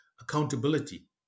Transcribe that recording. accountability